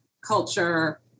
culture